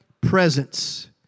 presence